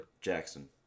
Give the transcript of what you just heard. Jackson